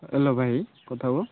hello ଭାଇ କଥା ହୁଅ